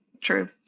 true